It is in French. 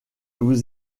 vous